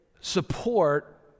support